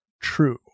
true